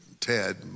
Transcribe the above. Ted